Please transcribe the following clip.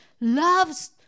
loves